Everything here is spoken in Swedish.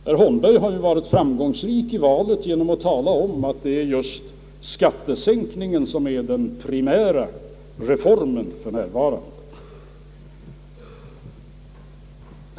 Herr Holmberg var framgångsrik i valet genom att tala om att en skattesänkning är den primära reformen för närvarande.